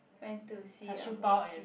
went to see a movie